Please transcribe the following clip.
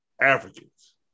Africans